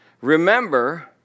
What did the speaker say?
remember